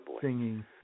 singing